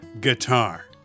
guitar